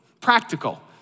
practical